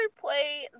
play